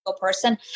person